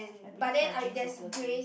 I believe my jeans is dirty